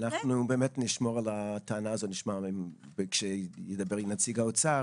אנחנו באמת נשמור על הטענה הזאת ונשמע כשידבר נציג האוצר,